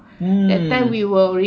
hmm